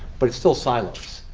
but it's still siloes.